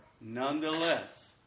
nonetheless